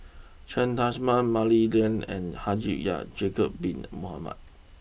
Cheng Tsang Man Mah Li Lian and Haji Ya'Jacob Bin Mohamed